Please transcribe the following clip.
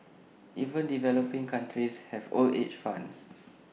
even developing countries have old age funds